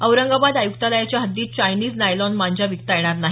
औरंगाबाद आयुक्तालयाच्या हद्दीत Chinese nylon मांजा विकता येणार नाही